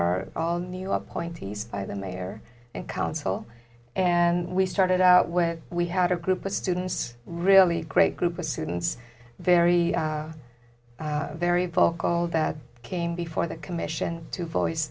are all new up point east by the mayor and council and we started out when we had a group of students really great group of students very very vocal that came before the commission to voice